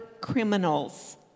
criminals